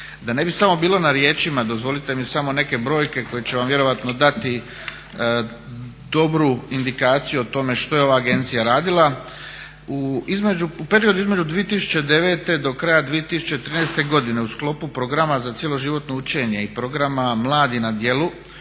Da ne bi samo bilo na riječima, dozvolite mi samo neke brojke koje će vam vjerojatno dati dobru indikaciju o tome što je ova agencija radila. U periodu između 2009. do kraja 2013. godine u sklopu programa za cjeloživotno učenje i programa mladi na djelu